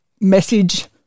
message